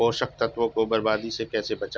पोषक तत्वों को बर्बादी से कैसे बचाएं?